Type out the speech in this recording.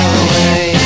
away